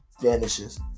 vanishes